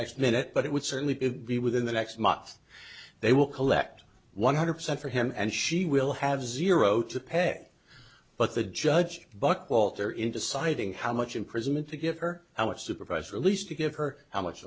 next minute but it would certainly be within the next month they will collect one hundred percent for him and she will have zero to pay but the judge buckwalter in deciding how much imprisonment to give her how a supervised release to give her how much